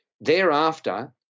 Thereafter